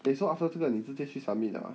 eh so after 这个你直接去 submit liao ah